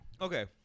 Okay